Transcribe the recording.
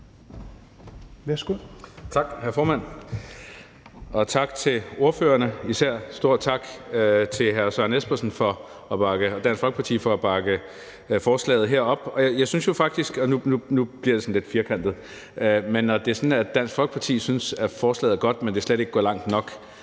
Tak, hr. formand, og tak til ordførerne, især stor tak til hr. Søren Espersen og Dansk Folkeparti for at bakke forslaget her op. Jeg synes jo faktisk, og nu bliver det sådan lidt firkantet, at når det er sådan, at Dansk Folkeparti synes, at forslaget er godt, men at det slet ikke går langt nok,